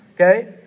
okay